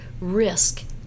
risk